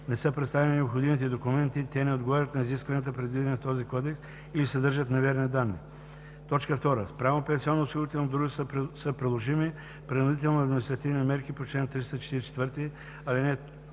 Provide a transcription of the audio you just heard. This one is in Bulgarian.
не са представени необходимите документи, те не отговарят на изискванията, предвидени в този кодекс, или съдържат неверни данни; 2. спрямо пенсионноосигурителното дружество са приложени принудителни административни мерки по чл. 344, ал. 2,